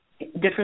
different